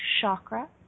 chakra